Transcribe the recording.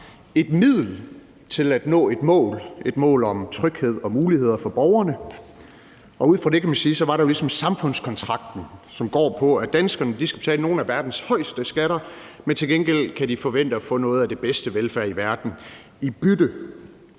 et middel til at nå et mål, et mål om tryghed og muligheder for borgerne. Ud fra det kan man sige, at der ligesom var samfundskontrakten, som går på, at danskerne skal betale nogle af verdens højeste skatter, men til gengæld kan de forvente at få noget af den bedste velfærd i verden i bytte.